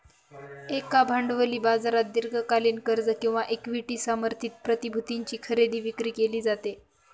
एका भांडवली बाजारात दीर्घकालीन कर्ज किंवा इक्विटी समर्थित प्रतिभूतींची खरेदी विक्री केली जाते